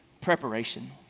preparation